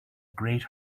great